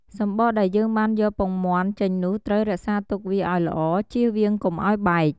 សំបកដែលយើងបានយកពងមាន់ចេញនោះត្រូវរក្សាទុកវាឱ្យល្អ ជៀសវាងកុំឱ្យបែក។